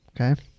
Okay